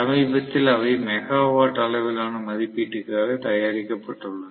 சமீபத்தில் அவை மெகாவாட் அளவிலான மதிப்பீட்டிற்காக தயாரிக்கப்பட்டுள்ளன